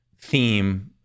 theme